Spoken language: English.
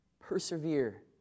Persevere